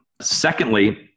secondly